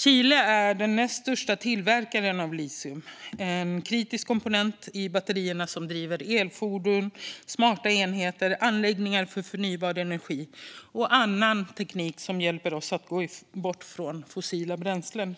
Chile är den näst största tillverkaren av litium, en kritisk komponent i batterierna som driver elfordon, smarta enheter, anläggningar för förnybar energi och annan teknik som hjälper oss att gå bort från fossila bränslen.